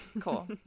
Cool